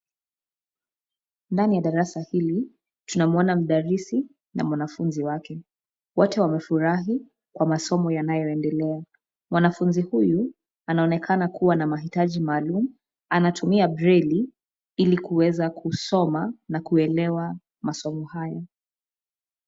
Ndani ya darasa hili, tunamwona mdalisi na mwanafunzi wake. Wote wamefurahi, kwa masomo yanayoendelea. Mwanafunzi huyu, anaonekana kuwa na mahitaji maalum, anatumia breli, ili kuweza kusoma, na kuelewa masomo hayo.